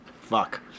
Fuck